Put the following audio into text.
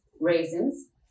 Raisins